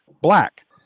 black